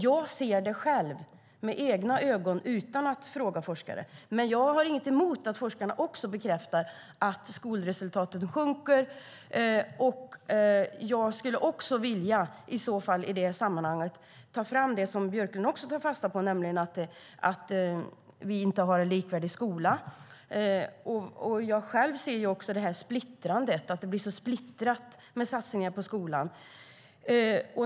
Jag ser det själv med egna ögon, utan att fråga forskare, men jag har inget emot att även forskarna bekräftar att skolresultaten sjunker. Jag skulle i det sammanhanget vilja ta fram det som Björklund också tar fasta på, nämligen att vi inte har en likvärdig skola. Jag själv ser också att det blir så splittrat med satsningar på skolan.